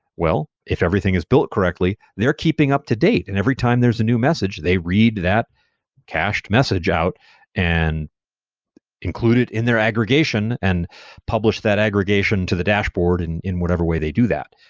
well, if everything is built correctly, they're keeping up-to-date. and every time there's a new message, they read that cached message out and include it in their aggregation and publish that aggregation to the dashboard in in whatever way they do that.